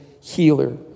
healer